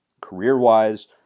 career-wise